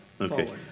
Okay